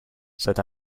said